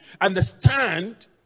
understand